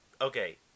Okay